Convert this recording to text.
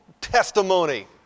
testimony